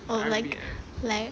oh like like